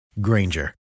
Granger